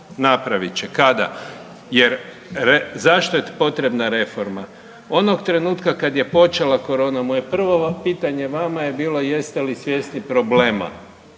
napravit će, kada? Jer zašto je potrebna reforma? Onog trenutka kada je počela korona moje prvo pitanje vama je bilo jeste li svjesni problemi